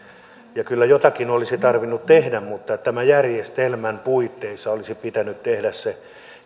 kyllä jotakin olisi tarvinnut tehdä mutta tämän järjestelmän puitteissa olisi pitänyt tehdä se